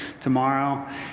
tomorrow